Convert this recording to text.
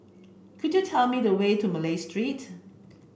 could you tell me the way to Malay Street